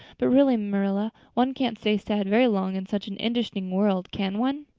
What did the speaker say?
but really, marilla, one can't stay sad very long in such an interesting world, can one?